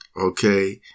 okay